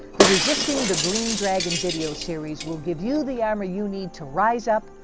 the resisting the green dragon video series will give you the armor you need to rise up,